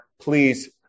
Please